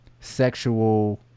sexual